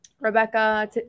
Rebecca